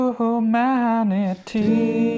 humanity